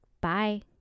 Bye